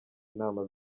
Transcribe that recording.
inama